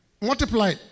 Multiply